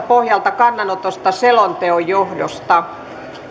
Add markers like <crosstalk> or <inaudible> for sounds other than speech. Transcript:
<unintelligible> pohjalta kannanotosta selonteon johdosta